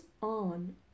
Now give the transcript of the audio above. on